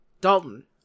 Dalton